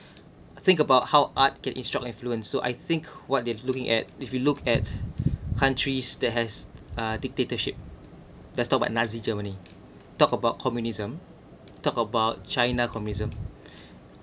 think about how art can instruct influence so I think what they're looking at if you look at countries that has uh dictatorship let's talk about nazi germany talk about communism talk about china communism